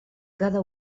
cada